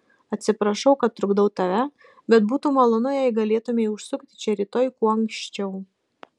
atsiprašau kad trukdau tave bet būtų malonu jei galėtumei užsukti čia rytoj kuo anksčiau